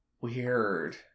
weird